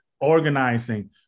organizing